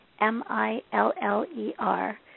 M-I-L-L-E-R